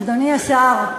אדוני השר,